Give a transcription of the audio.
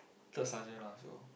third sergeant ah so